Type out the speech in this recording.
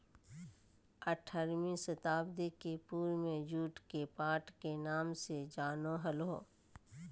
आठारहवीं शताब्दी के पूर्व में जुट के पाट के नाम से जानो हल्हो